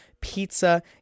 pizza